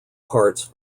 parts